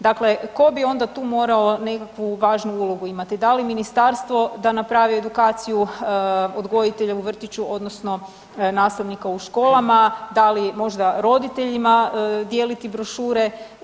Dakle, tko bi onda tu morao nekakvu važnu ulogu imati da li ministarstvo da napravi edukaciju odgojitelja u vrtiću, odnosno nastavnika u školama, da li možda roditeljima dijeliti brošure.